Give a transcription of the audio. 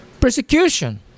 Persecution